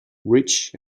rich